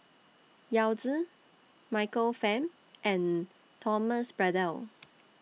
Yao Zi Michael Fam and Thomas Braddell